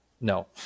No